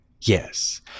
Yes